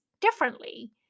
differently